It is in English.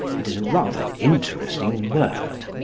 it is a rather interesting word.